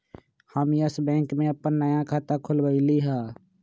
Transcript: हम Yes Bank में अप्पन नया खाता खोलबईलि ह